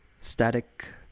static